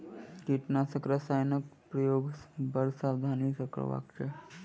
कीटनाशक रसायनक प्रयोग बड़ सावधानी सॅ करबाक चाही